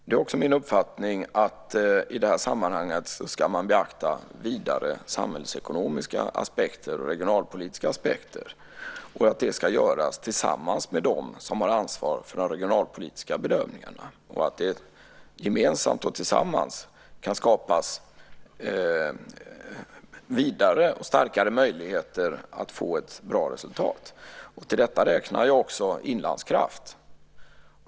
Det är också min uppfattning att man i det sammanhanget ska beakta vidare samhällsekonomiska aspekter och regionalpolitiska aspekter. Det ska göras tillsammans med dem som har ansvar för de regionalpolitiska bedömningarna så att det gemensamt och tillsammans kan skapas vidare och starkare möjligheter att få ett bra resultat. Till detta räknar jag också Inlandskraft.